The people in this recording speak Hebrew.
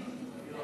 אני